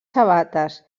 sabates